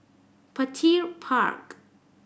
Petir Park